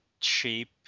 shape